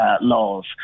laws